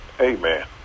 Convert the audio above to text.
Amen